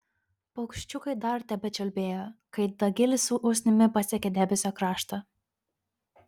paukščiukai dar tebečiulbėjo kai dagilis su usnimi pasiekė debesio kraštą